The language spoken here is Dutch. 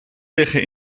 liggen